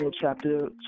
chapter